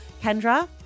Kendra